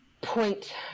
point